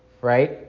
right